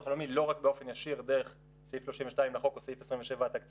הלאומי לא רק באופן ישיר דרך סעיף 32 לחוק או סעיף 27 התקציבי,